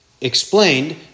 explained